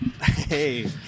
Hey